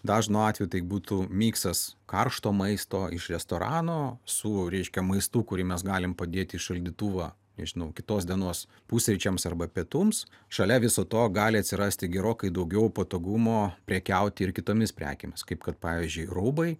dažnu atveju tai būtų miksas karšto maisto iš restorano su reiškia maistu kurį mes galim padėt į šaldytuvą nežinau kitos dienos pusryčiams arba pietums šalia viso to gali atsirasti gerokai daugiau patogumo prekiauti ir kitomis prekėmis kaip kad pavyzdžiui rūbai